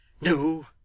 No